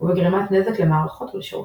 ובגרימת נזק למערכות או לשירותים.